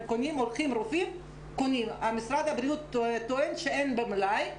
הם קונים, אבל משרד הבריאות טוען שאין במלאי.